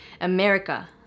America